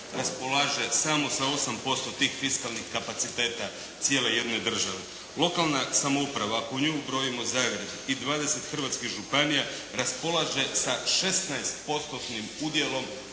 raspolaže samo sa 8% tih fiskalnih kapaciteta cijele jedne države. Lokalna samouprava ako u nju ubrojimo Zagreb i 20 hrvatskih županija, raspolaže sa 16%-tnim udjelom